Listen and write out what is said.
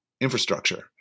infrastructure